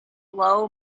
low